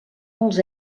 molts